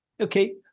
Okay